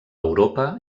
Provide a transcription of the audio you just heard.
europa